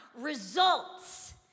results